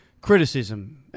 criticism